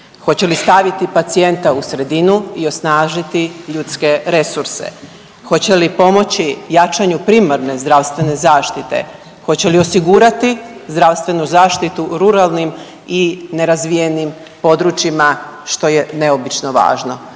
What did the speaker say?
Hoće li staviti pacijenta u sredinu i osnažiti ljudske resurse, hoće li pomoći jačanju primarne zdravstvene zaštite, hoće li osigurati zdravstvenu zaštitu ruralnim i nerazvijenim područjima što je neobično važno.